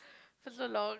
for the long